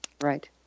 Right